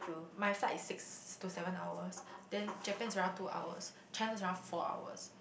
my flight is six to seven hours then Japan is around two hours China is around four hours